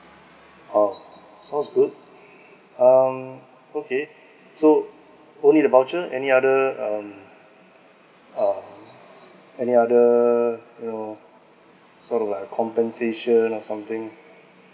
orh sounds good um okay so only the voucher any other um uh any other you know sort of like compensation or something